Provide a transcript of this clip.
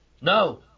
No